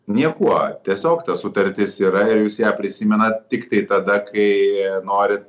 niekuo tiesiog ta sutartis yra ir jūs ją prisimenat tiktai tada kai norit